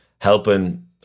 helping